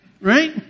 right